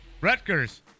Rutgers